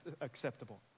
acceptable